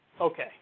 Okay